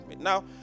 Now